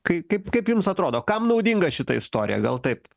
kai kaip kaip jums atrodo kam naudinga šita istorija gal taip